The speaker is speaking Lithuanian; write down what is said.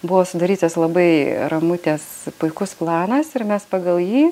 buvo sudarytas labai ramutės puikus planas ir mes pagal jį